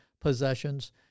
possessions